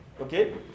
okay